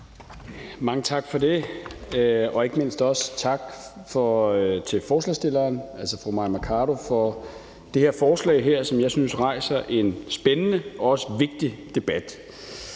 Mange tak for det, og ikke mindst også tak til forslagsstillerne og ordfører fru Mai Mercado for det forslag her, som jeg synes rejser en spændende og også vigtig debat.